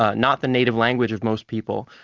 ah not the native language of most people,